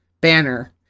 Banner